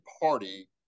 party